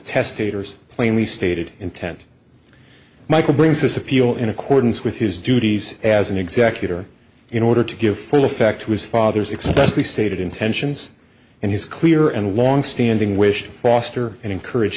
testator's plainly stated intent michael brings his appeal in accordance with his duties as an executor in order to give full effect to his father's explicitly stated intentions and his clear and long standing wish to foster and encourage